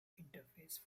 interface